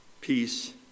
peace